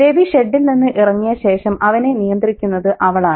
രവി ഷെഡിൽ നിന്ന് ഇറങ്ങിയ ശേഷം അവനെ നിയന്ത്രിക്കുന്നത് അവളാണ്